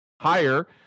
higher